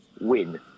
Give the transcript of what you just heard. win